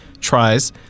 tries